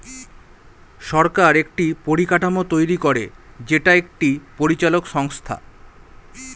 সরকার একটি পরিকাঠামো তৈরী করে যেটা একটি পরিচালক সংস্থা